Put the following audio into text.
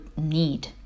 need